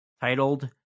titled